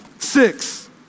Six